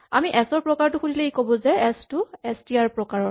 আমি S R প্ৰকাৰটো সুধিলে ই ক'ব যে এচ টো এচ টি আৰ প্ৰকাৰৰ